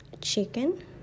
chicken